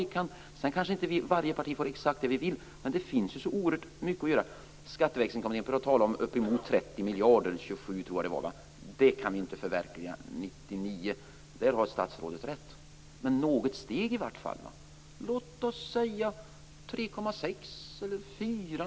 Varje parti kanske inte får exakt det vi vill, men det finns ändå oerhört mycket att göra. Skatteväxlingskommittén talar om uppemot 30 miljarder - 27 tror jag att det var. Det kan vi inte förverkliga 1999. På den punkten har statsrådet rätt. Men något steg kan vi i vart fall ta. Låt oss säga 3,6 eller 4.